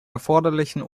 erforderlichen